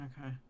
okay